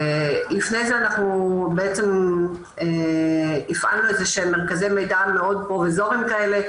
ולפני זה אנחנו בעצם הפעלנו איזה שהם מרכזי מידע מאוד פרוביזוריים כאלה,